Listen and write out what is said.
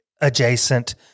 adjacent